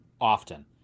often